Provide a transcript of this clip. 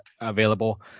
available